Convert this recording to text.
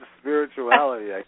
spirituality